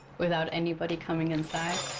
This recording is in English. without anybody coming inside,